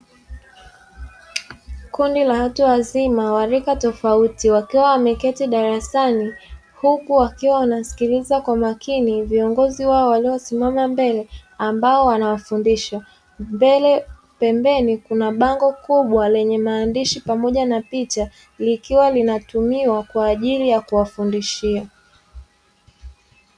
Kundi la watu wazima wa rika tofauti, wakiwa wameketi darasani, huku wakiwa wanasikiliza kwa makini viongozi wao waliosimama mbele, ambao wanawafundisha. Mbele pembeni kuna bango kubwa lenye maandishi pamoja na picha, vikiwa vinatumiwa kwa ajili ya kuwafundishia.